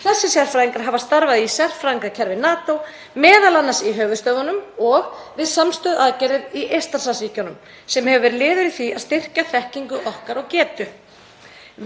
Þessir sérfræðingar hafa starfað í sérfræðingakerfi NATO, m.a. í höfuðstöðvunum og við samstöðuaðgerðir í Eystrasaltsríkjunum. Það hefur verið liður í því að styrkja þekkingu okkar og getu.